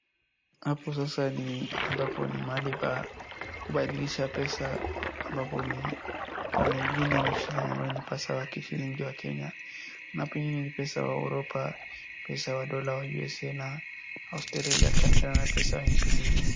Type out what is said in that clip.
Hapo sasa ni ambapo ni mahali pa kubadilisha pesa ambapo ni upande mwingine ni shillingi ambaye ni pesa wa kishilingi ya Kenya na pengine ni pesa wa Europa , pesa wa dola wa USA na Australia, Canada na pesa wa nchi zingine.